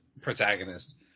protagonist